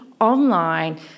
online